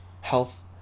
health